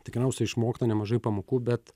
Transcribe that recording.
tikriausiai išmokta nemažai pamokų bet